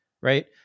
right